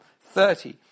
thirty